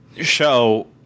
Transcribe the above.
show